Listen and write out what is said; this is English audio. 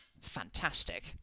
Fantastic